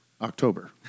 October